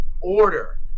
order